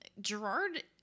Gerard